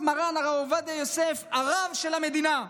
מרן הרב עובדיה יוסף "הרב של המדינה",